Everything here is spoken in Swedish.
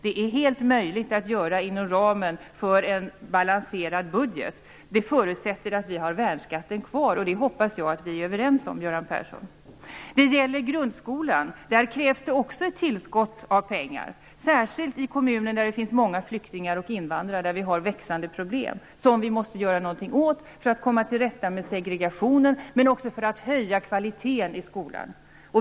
Det är helt möjligt att klara detta inom ramen för en balanserad budget. Det förutsätter att vi har värnskatten kvar, och det hoppas jag att vi är överens om, Göran Persson. I grundskolan krävs också ett tillskott av pengar, särskilt i kommuner där det finns många flyktingar och invandrare och som har växande problem, vilka vi måste göra någonting åt för att komma till rätta med segregationen men också för att höja kvaliteten i skolan.